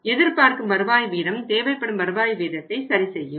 எதிர்பார்க்கும் வருவாய் வீதம் தேவைப்படும் வருவாய் வீதத்தை சரிசெய்யும்